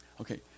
Okay